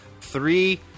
Three